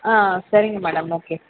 ஆ சரிங்க madam okay